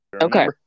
Okay